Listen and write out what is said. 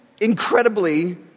incredibly